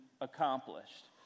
accomplished